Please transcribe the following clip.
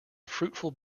fruitful